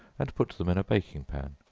and put them in a baking-pan,